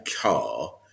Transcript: car